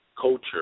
culture